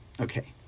Okay